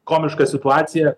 komiška situacija